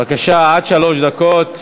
בבקשה, עד שלוש דקות.